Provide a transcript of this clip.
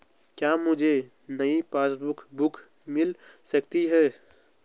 क्या मुझे नयी पासबुक बुक मिल सकती है?